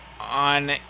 on